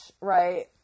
right